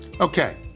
okay